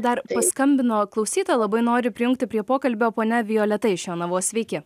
dar paskambino klausytoja labai noriu prijungti prie pokalbio ponia violeta iš jonavos sveiki